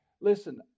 Listen